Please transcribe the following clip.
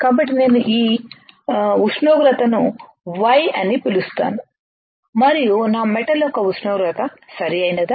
కాబట్టి నేను ఈ ఉష్ణోగ్రతను Y అని పిలుస్తాను మరియు నా మెటల్ యొక్క ఉష్ణోగ్రత సరియైనదా